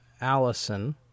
Allison